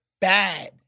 bad